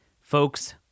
folks